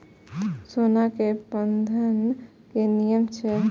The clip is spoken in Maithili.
सोना के बंधन के कि नियम छै?